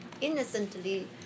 Innocently